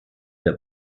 der